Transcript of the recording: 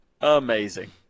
amazing